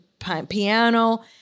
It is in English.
piano